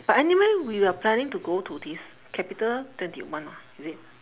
but anyway we were planning to go to this capital twenty one ah is it